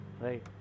right